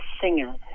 singer